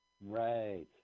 right